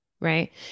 Right